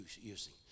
using